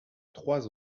trois